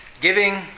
Giving